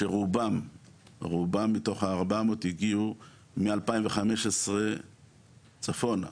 רובם מתוך ה-400 הגיעו מ-2015 צפונה.